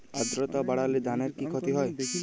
আদ্রর্তা বাড়লে ধানের কি ক্ষতি হয়?